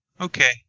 Okay